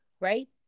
right